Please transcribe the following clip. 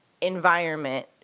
environment